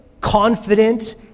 confident